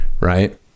right